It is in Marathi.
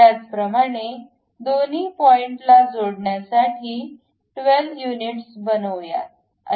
त्याचप्रमाणे दोन्ही पॉइंटला जोडण्यासाठी 12 युनिट्स बनवूया